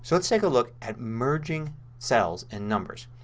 so let's take a look at merging cells in numbers.